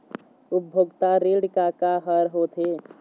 उपभोक्ता ऋण का का हर होथे?